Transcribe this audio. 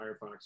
Firefox